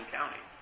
County